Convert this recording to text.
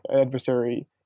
adversary